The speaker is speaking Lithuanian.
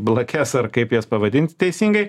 blakes ar kaip jas pavadinti teisingai